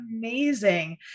amazing